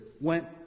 went